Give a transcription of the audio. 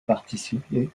participé